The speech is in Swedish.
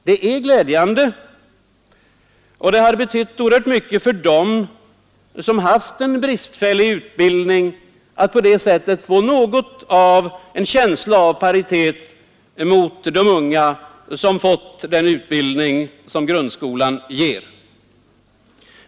Det är glädjande, och det har betytt oerhört mycket för dem som haft en bristfällig utbildning att på detta sätt få en känsla av paritet med de unga som fått den utbildning grundskolan ger.